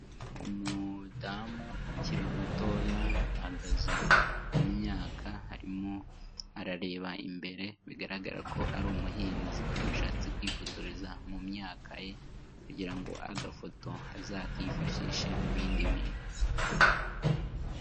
Umudamu ukiri mutoya ahahagaze mu myaka harimo arareba imbere bigaragara ko ari umuhinzi washatse kwifotoreza mu myaka ye kugira agafoto azakifashishe mu bindi bintu.